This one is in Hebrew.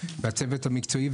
הצוות המקצועי,